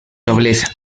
nobleza